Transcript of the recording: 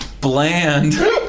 bland